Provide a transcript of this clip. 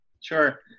Sure